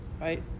Right